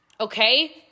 Okay